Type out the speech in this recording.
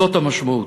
זאת המשמעות.